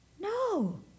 No